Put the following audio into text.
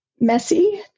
messy